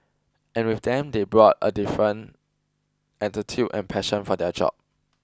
and with them they brought a different attitude and passion for their job